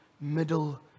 middle